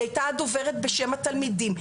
היא הייתה הדוברת בשם התלמידים,